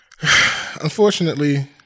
unfortunately